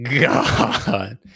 God